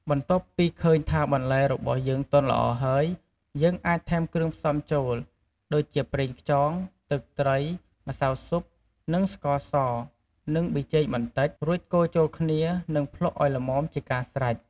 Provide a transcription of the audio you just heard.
បន្ទាប់ពីឃើញថាបន្លែរបស់យើងទន់ល្អហើយ យើងអាចថែមគ្រឿងផ្សំចូល ដូចជាប្រេងខ្យង ទឹកត្រី ម្សៅស៊ុប និងស្ករស និងប៊ីចេងបន្តិច រួចកូរចូលគ្នា និងភ្លក្សឱ្យល្មមជាការស្រេច។